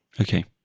Okay